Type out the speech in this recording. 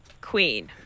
Queen